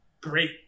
great